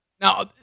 Now